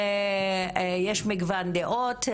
יש מגוון דעות,